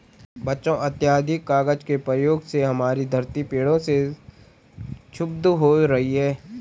बच्चों अत्याधिक कागज के प्रयोग से हमारी धरती पेड़ों से क्षुब्ध हो रही है